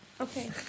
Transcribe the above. Okay